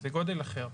זה גודל אחר.